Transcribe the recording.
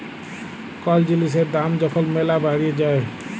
call জিলিসের দাম যখল ম্যালা বাইড়ে যায়